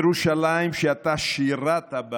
ירושלים שאתה שירת בה